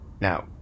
Now